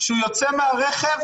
כשהוא יוצא מהרכב,